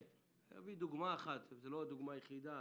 אביא דוגמה אחת, שהיא לא הדוגמה היחידה,